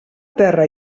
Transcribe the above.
terra